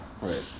Right